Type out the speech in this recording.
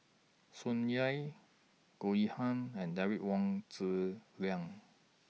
Tsung Yeh Goh Yihan and Derek Wong Zi Liang